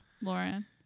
Lauren